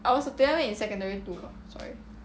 I was her table mate in secondary two sorry